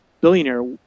billionaire